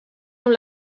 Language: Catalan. amb